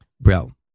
Bro